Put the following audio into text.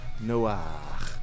Noah